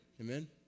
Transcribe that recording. Amen